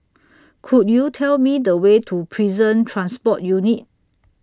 Could YOU Tell Me The Way to Prison Transport Unit